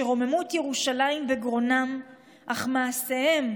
שרוממות ירושלים בגרונם אך מעשיהם,